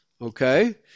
Okay